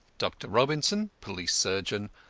dr. robinson, police surgeon,